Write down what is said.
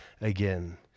again